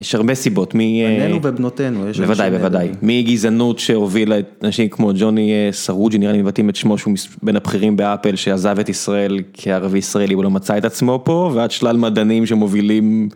יש הרבה סיבות, בנינו ובנותינו, בוודאי, בוודאי, מגזענות שהובילה את אנשים כמו ג'וני סרוג'י, נראה לי מבטאים את שמו, שהוא בין הבכירים באפל שעזב את ישראל כערבי ישראלי הוא לא מצא את עצמו פה ועד שלל מדענים שמובילים.